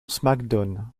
smackdown